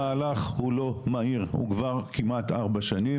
המהלך הוא לא מהיר, הוא כבר כמעט ארבע שנים.